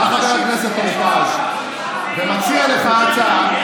בא חבר הכנסת טור פז ומציע לך הצעה.